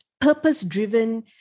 Purpose-driven